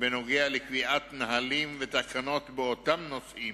בכל הקשור לקביעת נהלים ותקנות באותם נושאים.